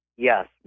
Yes